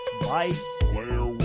Bye